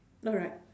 alright